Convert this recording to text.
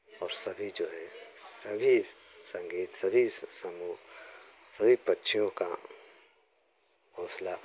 और सभी जो है सभी संगीत सभी समूह सभी पक्षियों का घोंसला